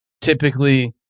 typically